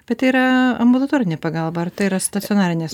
bet tai yra ambulatorinė pagalba ar tai yra stacionarinės